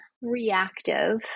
reactive